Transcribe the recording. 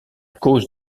cause